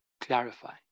clarify